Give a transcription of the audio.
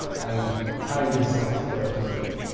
and how you dislike working with him.